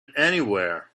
anywhere